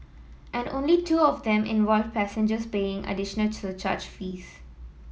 and only two of them involved passengers paying additional charge fares